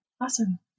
Awesome